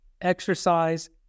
exercise